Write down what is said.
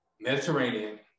Mediterranean